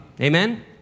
Amen